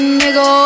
nigga